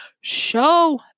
show